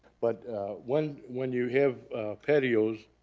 but when when you have patios,